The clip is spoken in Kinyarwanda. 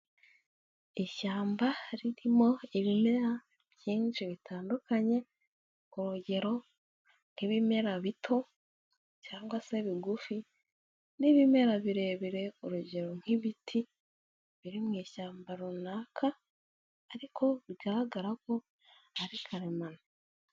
Ishyamba ririmo ibimera byinshi bitandukanye, urugero nk'ibimera bito cyangwa se bigufi n'ibimera birebire, urugero nk'ibiti biri mu ishyamba runaka ariko bigaragara ko ari karemano.